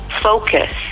focus